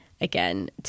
again